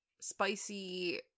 spicy